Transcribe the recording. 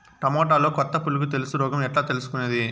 టమోటాలో కొత్త పులుగు తెలుసు రోగం ఎట్లా తెలుసుకునేది?